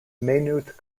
maynooth